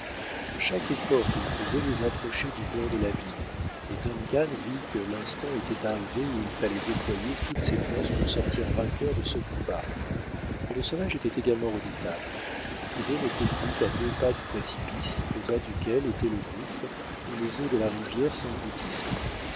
chaque effort qu'ils faisaient les approchait du bord de l'abîme et duncan vit que l'instant était arrivé où il fallait déployer toutes ses forces pour sortir vainqueur de ce combat mais le sauvage était également redoutable et tous deux n'étaient plus qu'à deux pas du précipice au bas duquel était le gouffre où les eaux de la rivière